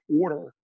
order